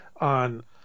on